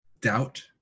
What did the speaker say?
doubt